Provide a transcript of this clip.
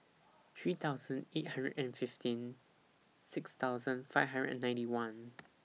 three thousand eight hundred and fifteen six thousand five hundred and ninety one